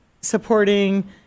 supporting